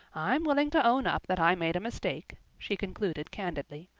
i'm willing to own up that i made a mistake she concluded candidly,